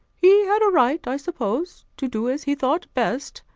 he had a right, i suppose, to do as he thought best,